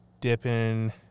dipping